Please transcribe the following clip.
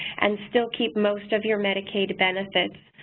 and still keep most of your medicaid benefits.